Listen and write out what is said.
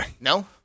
No